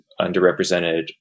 underrepresented